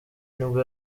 nibwo